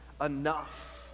enough